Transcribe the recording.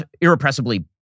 irrepressibly